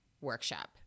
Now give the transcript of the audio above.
workshop